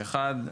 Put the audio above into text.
אחת,